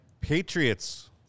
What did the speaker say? Patriots